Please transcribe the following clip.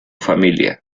familia